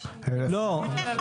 1,150. איך יכול להיות?